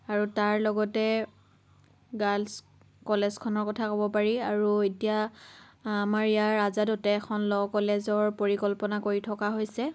আৰু তাৰ লগতে গাৰ্লচ কলেজখনৰ কথা ক'ব পাৰি আৰু এতিয়া আমাৰ ইয়াৰ আজাদতে এখন ল' কলেজৰ পৰিকল্পনা কৰি থকা হৈছে